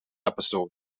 episode